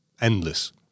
endless